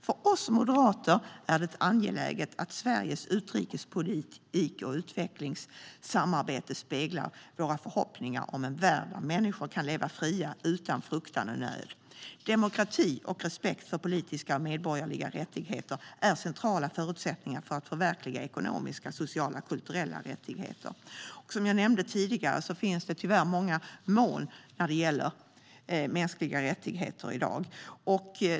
För oss moderater är det angeläget att Sveriges utrikespolitik och utvecklingssamarbete speglar våra förhoppningar om en värld där människor kan leva fria, utan fruktan och nöd. Demokrati och respekt för politiska och medborgerliga rättigheter är centrala förutsättningar för att förverkliga ekonomiska, sociala och kulturella rättigheter. Tyvärr finns det många moln på himlen när det gäller mänskliga rättigheter i dag.